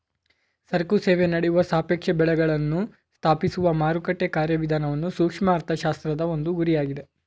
ಸರಕು ಸೇವೆ ನಡೆಯುವ ಸಾಪೇಕ್ಷ ಬೆಳೆಗಳನ್ನು ಸ್ಥಾಪಿಸುವ ಮಾರುಕಟ್ಟೆ ಕಾರ್ಯವಿಧಾನವನ್ನು ಸೂಕ್ಷ್ಮ ಅರ್ಥಶಾಸ್ತ್ರದ ಒಂದು ಗುರಿಯಾಗಿದೆ